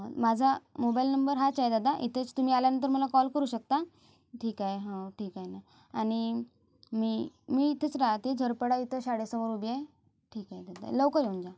माझा mobile number हाच आहे दादा इथेच तुम्ही आल्यानंतर मला कॉल करू शकता ठीक आहे ठीक आहे ना आणि मी मी इथेच राहते झरपडा इथं शाळेसमोर उभी आहे ठीक आहे दादा लवकर येऊन जा